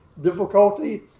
Difficulty